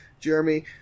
Jeremy